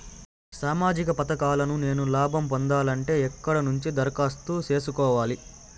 సామాజిక పథకాలను నేను లాభం పొందాలంటే ఎక్కడ నుంచి దరఖాస్తు సేసుకోవాలి?